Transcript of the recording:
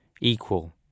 equal